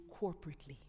corporately